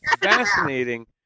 fascinating